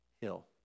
hill